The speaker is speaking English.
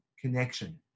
connection